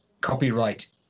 copyright